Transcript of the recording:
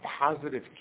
positive